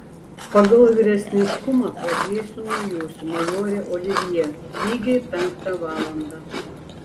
pagal vyresniškumą pradėsiu nuo jūsų majore olivjė lygiai penktą valandą